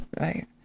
right